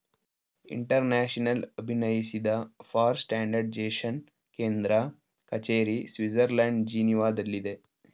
international ಅಭಿನಯಿಸಿದ for standardisation ಕೇಂದ್ರ ಕಚೇರಿ ಸ್ವಿಡ್ಜರ್ಲ್ಯಾಂಡ್ ಜಿನೀವಾದಲ್ಲಿದೆ